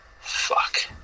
fuck